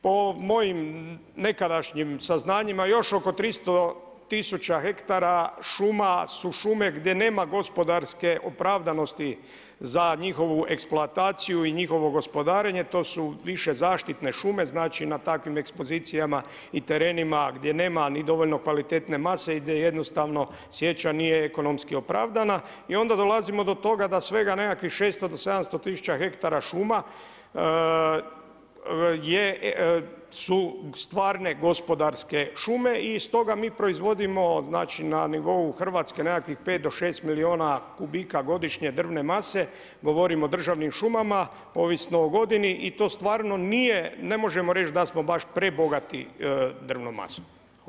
Po mojim nekadašnjim saznanjima još oko 300 tisuća hektara šume su šume gdje nema gospodarske opravdanosti za njihovu eksploataciju i njihovo gospodarenje, to su više zaštitne šume, znači na takvim ekspozicijama i terenima gdje nema ni dovoljno kvalitetne mase i gdje jednostavno sječa nije ekonomski opravdana i onda dolazimo do toga da sve ga nekakvih 600 do 700 tisuća hektara šuma su stvarne gospodarske šume i stoga mi proizvodimo na nivou Hrvatske nekakvih 5 do 6 milijuna kubika godišnje drvne mase, govorim o državnim šumama ovisno o godini i stvarno ne možemo reći da smo baš prebogati drvnom masom.